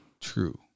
True